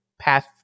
path